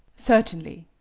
certainly,